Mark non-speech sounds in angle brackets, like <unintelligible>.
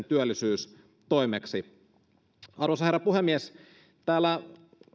<unintelligible> työllisyystoimeksi arvoisa herra puhemies täällä